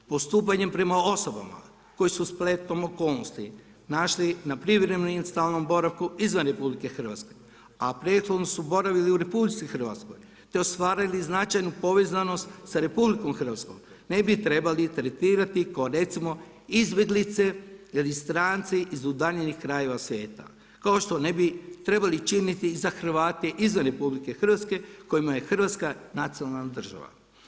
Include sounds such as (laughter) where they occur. Postupanjem prema osobama koje su se spletom okolnosti našli na privremenom i stalnom boravku izvan RH a prethodno su boravili u RH te ostvarili značajnu povezanost sa RH ne bi trebali tretirati kao recimo izbjeglice … (unintelligible) stranci iz udaljenih krajeva svijeta kao što ne bi trebali činiti i za Hrvate izvan RH kojima je Hrvatska nacionalna država.